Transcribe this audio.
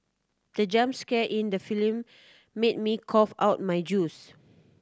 the jump scare in the film made me cough out my juice